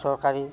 চৰকাৰী